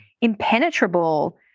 impenetrable